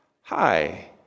Hi